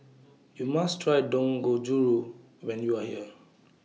YOU must Try Dangojiru when YOU Are here